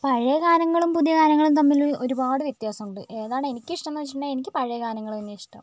പഴയ ഗാനങ്ങളും പുതിയ ഗാനങ്ങളും തമ്മിൽ ഒരുപാട് വ്യത്യാസമുണ്ട് ഏതാണ് എനിക്കിഷ്ടം എന്ന് വെച്ചിട്ടുണ്ടെങ്കിൽ എനിക്ക് പഴയ ഗാനങ്ങൾ തന്നെയാണ് ഇഷ്ടം